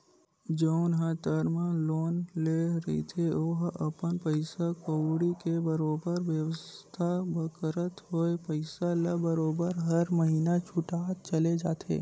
जउन ह term loan ले रहिथे ओहा अपन पइसा कउड़ी के बरोबर बेवस्था करत होय पइसा ल बरोबर हर महिना छूटत चले जाथे